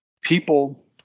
people